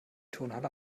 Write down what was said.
turnhalle